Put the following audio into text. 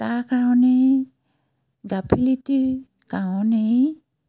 তাৰ কাৰণেই গাফিলতিৰ কাৰণেই